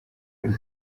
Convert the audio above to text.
buri